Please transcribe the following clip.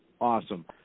Awesome